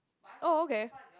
oh okay